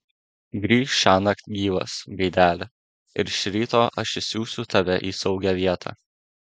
grįžk šiąnakt gyvas gaideli ir iš ryto aš išsiųsiu tave į saugią vietą